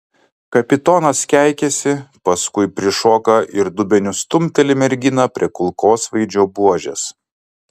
kapitonas keikiasi paskui prišoka ir dubeniu stumteli merginą prie kulkosvaidžio buožės